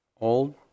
old